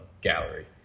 Gallery